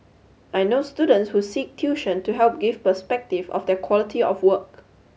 I know students who seek tuition to help give perspective of their quality of work